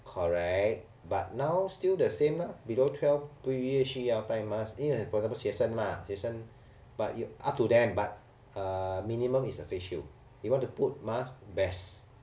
correct but now still the same lah below twelve 不需要戴 mask 因为 for example 学生 mah 学生 but you up to them but uh minimum is a face shield you want to put mask best